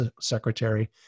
secretary